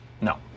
No